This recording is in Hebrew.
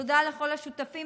תודה לכל השותפים.